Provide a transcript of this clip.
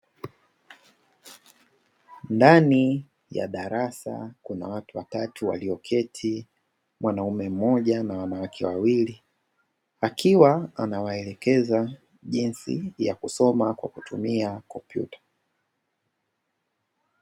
Ndani ya darasa kuna watu watatu walioketi, mwanaume mmoja na wanawake wawili, akiwa anawaelekeza jinsi ya kusoma kwa kutumia kompyuta.